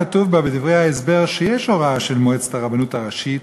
כתוב בדברי ההסבר שיש הוראה של מועצת הרבנות הראשית